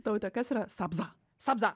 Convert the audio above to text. taute kas yra sabza sabza